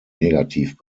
negativ